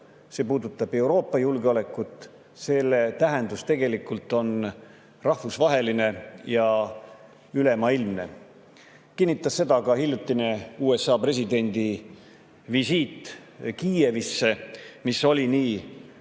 see puudutab Euroopa julgeolekut, selle tähendus tegelikult on rahvusvaheline ja ülemaailmne. Seda kinnitas ka hiljutine USA presidendi visiit Kiievisse, mis oli nii